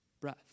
breath